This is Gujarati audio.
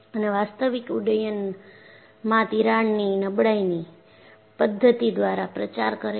અને વાસ્તવિક ઉડ્ડયનમાં તિરાડની નબળાઈની પદ્ધતિ દ્વારા પ્રચાર કરે છે